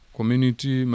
Community